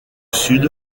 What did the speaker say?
sud